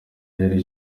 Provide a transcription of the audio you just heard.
yari